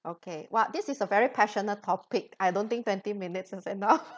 okay well this is a very passionate topic I don't think twenty minutes is enough